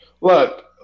look